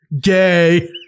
Gay